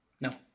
no